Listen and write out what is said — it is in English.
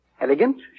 elegant